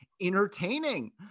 entertaining